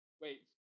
Wait